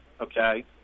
okay